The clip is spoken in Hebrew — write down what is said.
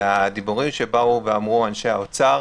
הדברים שאמרו אנשי האוצר